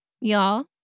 y'all